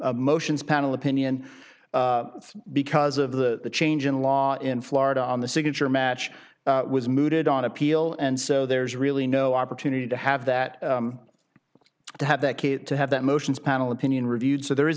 a motions panel opinion because of the change in law in florida on the signature match was mooted on appeal and so there's really no opportunity to have that to have that kid to have that motions panel opinion reviewed so there is